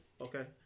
Okay